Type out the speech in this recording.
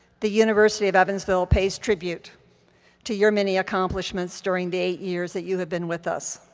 the university of evansville pays tribute to your many accomplishments during the eight years that you have been with us.